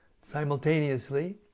Simultaneously